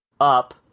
up